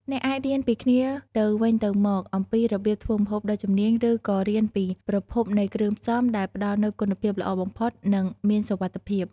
អ្នកអាចរៀនពីគ្នាទៅវិញទៅមកអំពីរបៀបធ្វើម្ហូបដ៏ជំនាញ ឬក៏រៀនពីប្រភពនៃគ្រឿងផ្សំដែលផ្តល់នូវគុណភាពល្អបំផុតនិងមានសុវត្ថិភាព។